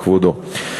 כבודו.